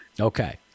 Okay